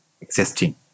existing